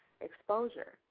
exposure